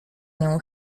nią